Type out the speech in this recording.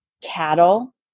cattle